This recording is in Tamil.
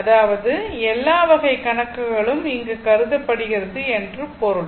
அதாவது எல்லா வகை கணக்குகளும் இங்கு கருதப்படுகிறது என்று பொருள்